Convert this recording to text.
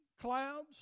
clouds